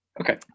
Okay